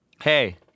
Hey